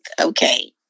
Okay